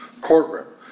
courtroom